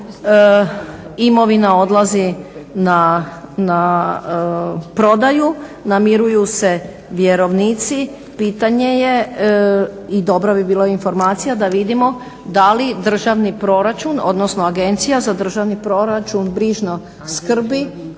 imovina odlazi na prodaju, namiruju se vjerovnici. Pitanje je i dobra bi bila informacija da vidimo da li državni proračun odnosno agencija za državni proračun brižno skrbi